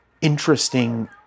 interesting